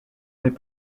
n’est